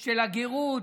של הגרות.